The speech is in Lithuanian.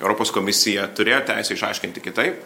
europos komisija turėjo teisę išaiškinti kitaip